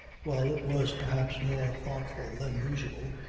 well, it was perhaps more thoughtful than usual.